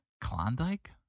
Klondike